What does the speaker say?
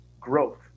growth